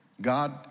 God